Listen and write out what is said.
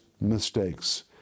mistakes